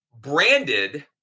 branded